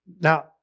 Now